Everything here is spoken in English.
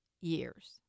years